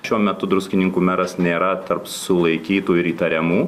šiuo metu druskininkų meras nėra tarp sulaikytų ir įtariamų